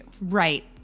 Right